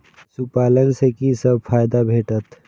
पशु पालन सँ कि सब फायदा भेटत?